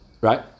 Right